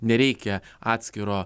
nereikia atskiro